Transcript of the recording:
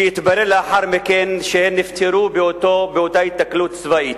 שהתברר לאחר מכן שהם נפטרו באותה היתקלות צבאית.